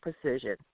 precision